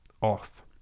off